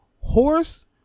horse